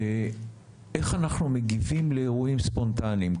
איך אנחנו מגיבים לאירועים ספונטניים?